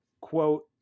quote